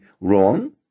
wrong